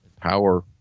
power